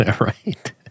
Right